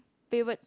favourite